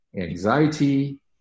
anxiety